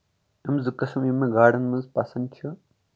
تِم زٕ قٔسٕم یِم مےٚ گاڑن منٛز پسند چھِ